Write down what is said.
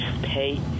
pay